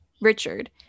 richard